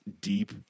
deep